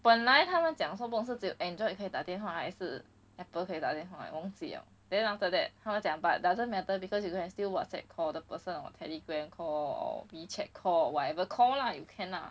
本来他们讲说不懂是只有 android 可以打电话还是 apple 可以打电话 leh 我忘记了 then after that 他们怎样 but doesn't matter because you can still whatsapp call the person or telegram call or wechat call or whatever call lah you can lah